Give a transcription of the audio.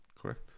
Correct